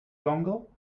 dongle